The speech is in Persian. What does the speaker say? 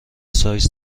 سایز